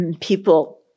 people